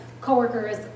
co-workers